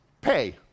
Pay